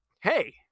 Hey